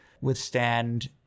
Withstand